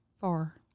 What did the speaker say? far